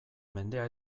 mendea